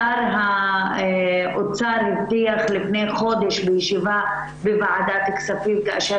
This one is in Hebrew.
שר האוצר הבטיח לפני חודש בישיבה בוועדת כספים כאשר